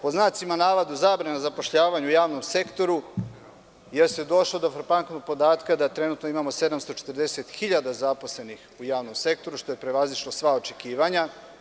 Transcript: Pod znacima navoda zabrana zapošljavanja u javnom sektoru, jer se došlo do frapantnog podatka da trenutno imamo 740.000 zaposlenih u javnom sektoru što je prevazišlo sva očekivanja.